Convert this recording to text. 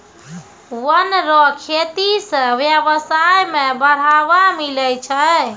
वन रो खेती से व्यबसाय में बढ़ावा मिलै छै